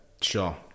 Sure